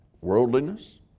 worldliness